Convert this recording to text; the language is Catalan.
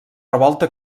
revolta